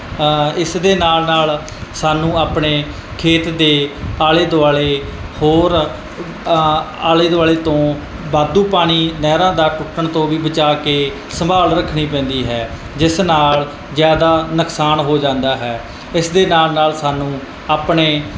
ਇਸ ਦੇ ਨਾਲ ਨਾਲ ਸਾਨੂੰ ਆਪਣੇ ਖੇਤ ਦੇ ਆਲੇ ਦੁਆਲੇ ਹੋਰ ਆਲੇ ਦੁਆਲੇ ਤੋਂ ਵਾਧੂ ਪਾਣੀ ਨਹਿਰਾਂ ਦਾ ਟੁੱਟਣ ਤੋਂ ਵੀ ਬਚਾ ਕੇ ਸੰਭਾਲ ਰੱਖਣੀ ਪੈਂਦੀ ਹੈ ਜਿਸ ਨਾਲ ਜ਼ਿਆਦਾ ਨੁਕਸਾਨ ਹੋ ਜਾਂਦਾ ਹੈ ਇਸ ਦੇ ਨਾਲ ਨਾਲ ਸਾਨੂੰ ਆਪਣੇ